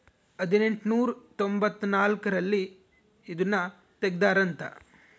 ಹದಿನೆಂಟನೂರ ತೊಂಭತ್ತ ನಾಲ್ಕ್ ರಲ್ಲಿ ಇದುನ ತೆಗ್ದಾರ ಅಂತ